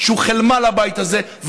שהוא כלימה לבית הזה,